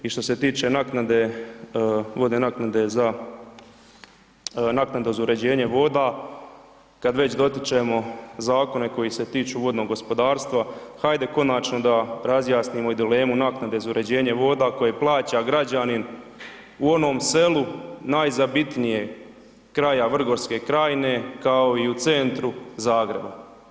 I što se tiče naknade vodne naknade za, naknada za uređenje voda kad već dotičemo zakone koji se tiču vodnog gospodarstva hajde konačno da razjasnimo i dilemu naknade za uređenje voda koje plaća građanin u onom selu najzabitnije kraja Vrgorske krajine kao i u centru Zagreba.